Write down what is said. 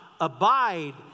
abide